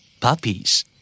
Puppies